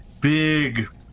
big